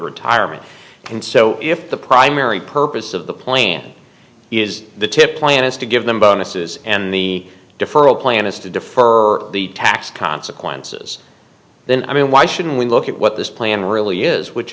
retirement and so if the primary purpose of the plan is the to plan is to give them bonus and the deferral plan is to defer the tax consequences then i mean why shouldn't we look at what this plan really is which